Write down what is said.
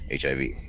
HIV